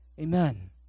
Amen